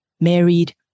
married